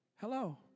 Hello